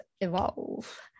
evolve